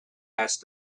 asked